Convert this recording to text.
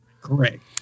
Correct